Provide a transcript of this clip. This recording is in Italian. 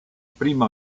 primo